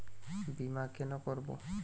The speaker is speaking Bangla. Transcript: বিমা কেন করব?